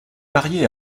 mariée